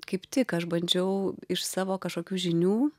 kaip tik aš bandžiau iš savo kažkokių žinių